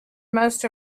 most